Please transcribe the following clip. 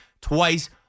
twice